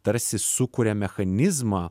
tarsi sukuria mechanizmą